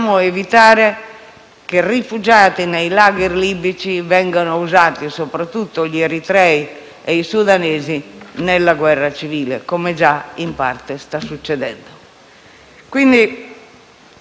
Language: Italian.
Ma oggi abbiamo questa responsabilità, per la parte che ci riguarda, rispetto soprattutto alla popolazione libica. Aspettando